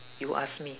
you ask me